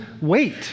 wait